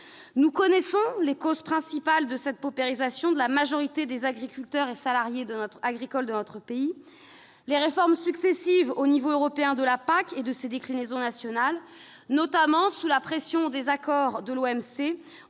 Nous connaissons les causes principales de cette paupérisation de la majorité des agriculteurs et salariés agricoles de notre pays. Les réformes successives au niveau européen de la PAC et de ses déclinaisons nationales, notamment sous la pression des accords de l'OMC,